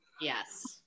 Yes